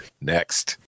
Next